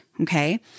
Okay